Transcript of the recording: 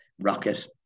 rocket